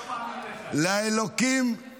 אני לא מאמין לך --- לאלוקים פתרונים.